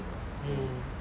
mm